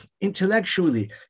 intellectually